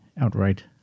outright